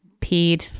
peed